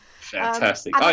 Fantastic